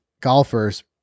golfers